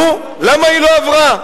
נו, למה היא לא עברה?